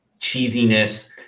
cheesiness